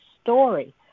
story